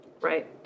Right